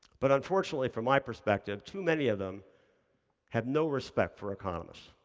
but unfortunately, from my perspective, too many of them have no respect for economists.